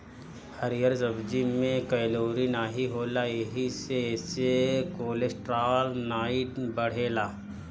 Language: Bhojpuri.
हरिहर सब्जी में कैलोरी नाही होला एही से एसे कोलेस्ट्राल नाई बढ़ेला